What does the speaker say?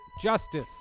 justice